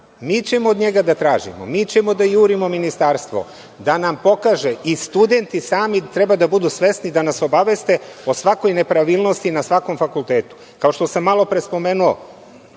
mi ćemo od njega da tražimo, mi ćemo da jurimo Ministarstvo da nam pokaže, i studenti sami treba da budu svesni, da nas obaveste o svakoj nepravilnosti na svakom fakultetu. Kao što sam malo pre spomenuo,